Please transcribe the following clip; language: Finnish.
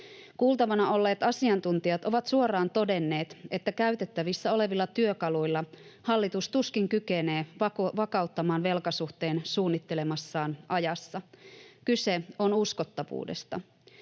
Kuultavana olleet asiantuntijat ovat suoraan todenneet, että käytettävissä olevilla työkaluilla hallitus tuskin kykenee vakauttamaan velkasuhteen suunnittelemassaan ajassa. Kyse on uskottavuudesta.